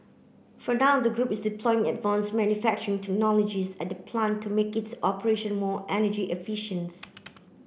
for now the group is deploying advanced manufacturing technologies at the plant to make its operation more energy